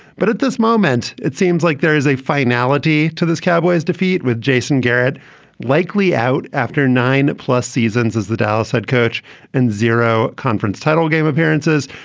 but at this moment, it seems like there is a finality to this cowboys defeat, with jason garrett likely out after nine plus seasons as the dallas head coach and zero conference title game appearances.